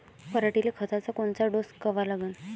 पऱ्हाटीले खताचा कोनचा डोस कवा द्याव?